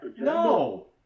No